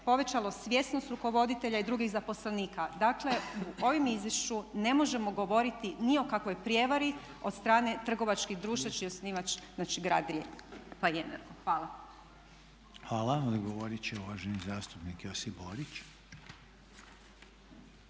povećalo svjesnost rukovoditelja i drugih zaposlenika. Dakle u ovom izvješću ne možemo govoriti ni o kakvoj prijevari od strane trgovačkih društava čiji je osnivač, znači grad Rijeka pa i Energo. Hvala. **Reiner, Željko (HDZ)** Hvala. Odgovorit će uvaženi zastupnik Josip Borić.